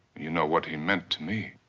you know what he meant to me.